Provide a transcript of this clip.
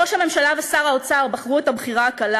ראש הממשלה ושר האוצר בחרו את הבחירה הקלה.